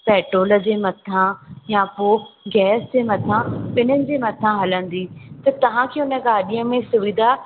petrol जे मथां या पोइ गैस जे मथां ॿिन्हिनि जे मथां हलंदी त तव्हांखे उन गाॾीअ में सुविधा